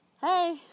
Hey